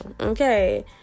Okay